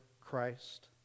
Christ